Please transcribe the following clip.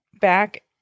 Back